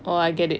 oh I get it